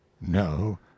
no